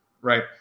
right